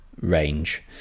range